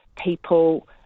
people